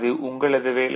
அது உங்களது வேலை